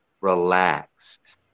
relaxed